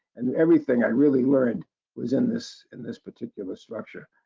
and everything i really learned was in this in this particular structure.